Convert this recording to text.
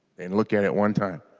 they and looked at at one time.